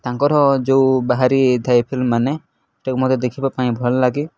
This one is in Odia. ତାଙ୍କର ଯେଉଁ ବାହାରି ଥାଏ ଫିଲ୍ମମାନେ ସେଟାକୁ ମୋତେ ଦେଖିବା ପାଇଁ ଭଲ ଲାଗେ